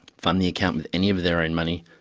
fund the account with any of their own money,